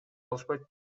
алышпайт